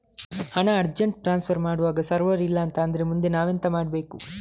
ಹಣ urgent transfer ಮಾಡ್ವಾಗ server ಇಲ್ಲಾಂತ ಆದ್ರೆ ಮುಂದೆ ನಾವೆಂತ ಮಾಡ್ಬೇಕು?